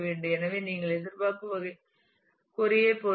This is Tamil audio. எனவே நீங்கள் எதிர்பார்க்கும் வகை கொறி ஐ பொறுத்தது